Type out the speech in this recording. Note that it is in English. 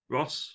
Ross